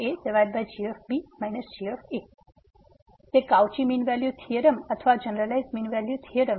તેથી તે Cauchy mean value theorem અથવા જનરલાઈઝ મીન વેલ્યુ થીયોરમ છે